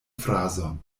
frazon